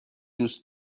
دوست